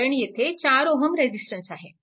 कारण हा येथे 4 Ω रेजिस्टन्स आहे